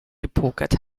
gepokert